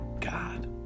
God